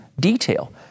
detail